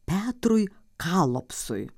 petrui kalopsui